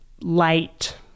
light